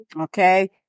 Okay